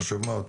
חשוב מאוד.